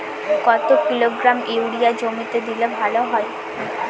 কত kilogram urea জমিতে দিলে ভালো হয়?